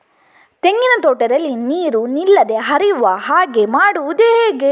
ತೆಂಗಿನ ತೋಟದಲ್ಲಿ ನೀರು ನಿಲ್ಲದೆ ಹರಿಯುವ ಹಾಗೆ ಮಾಡುವುದು ಹೇಗೆ?